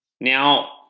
Now